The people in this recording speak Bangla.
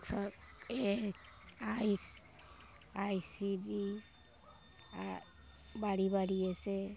সর এই I C I C D S আ বাড়ি বাড়ি এসে